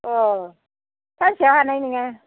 अह सानसेयाव हानाय नङा